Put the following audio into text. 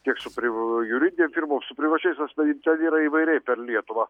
tiek su pri juridinėm firmom su privačiais asmenim ten yra įvairiai per lietuvą